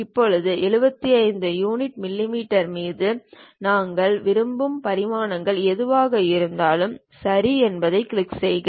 இப்போது 75 யூனிட் மிமீ மீது நாங்கள் விரும்பும் பரிமாணங்கள் எதுவாக இருந்தாலும் சரி என்பதைக் கிளிக் செய்க